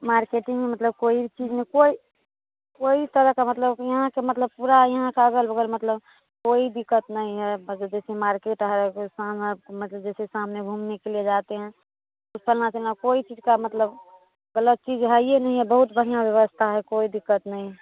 marketing में मतलब कोई चीज़ में कोई कोई तरह का मतलब यहाँ से मतलब पूरा यहाँ का अगल बगल मतलब कोई दिक्कत नहीं है बस जैसे मार्केट है जैसे शाम है जैसे शाम में घूमने के लिए जाते हैं तो फल्लाँ चिल्लाँ कोई चीज़ का मतलब गलत चीज़ है नहीं है बहुत बढ़िया व्यवस्था है कोई दिक्कत नहीं है